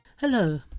Hello